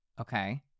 Okay